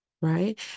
Right